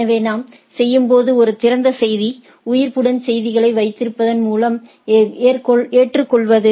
எனவே நாம் செய்யும்போது ஒரு திறந்த செய்தி உயிர்ப்புடன் செய்திகளை வைத்திருப்பதன் மூலம் ஏற்றுக்கொள்வது